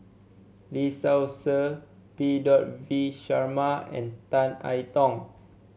Lee Seow Ser P V Sharma and Tan I Tong